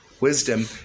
wisdom